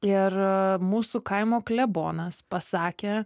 ir mūsų kaimo klebonas pasakė